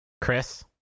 Chris